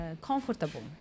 comfortable